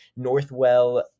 Northwell